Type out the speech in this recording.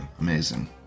Amazing